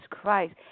christ